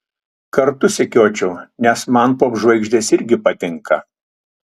kartu sekiočiau nes man popžvaigždės irgi patinka